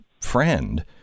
friend